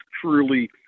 truly